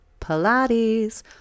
Pilates